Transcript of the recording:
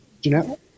Jeanette